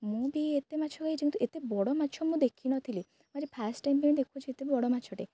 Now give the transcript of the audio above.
ମୁଁ ବି ଏତେ ମାଛ ଦେଖିଛି କିନ୍ତୁ ଏତେ ବଡ଼ ମାଛ ମୁଁ ଦେଖିନଥିଲି ମୁଁ ଆଜି ଫାଷ୍ଟ ଟାଇମ ପାଇଁ ଦେଖୁଛି ଏତେ ବଡ଼ ମାଛଟେ